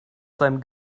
seinem